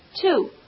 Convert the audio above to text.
two